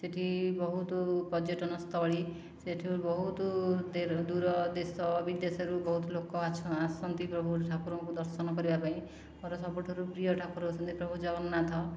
ସେଠି ବହୁତ ପର୍ଯ୍ୟଟନସ୍ଥଳୀ ସେଠି ବହୁତ ଦୂର ଦେଶ ବିଦେଶରୁ ବହୁତ ଲୋକ ଆସନ୍ତି ପ୍ରଭୁ ଠାକୁରଙ୍କୁ ଦର୍ଶନ କରିବା ପାଇଁ ମୋର ସବୁଠାରୁ ପ୍ରିୟ ଠାକୁର ହେଉଛନ୍ତି ଜଗନ୍ନାଥ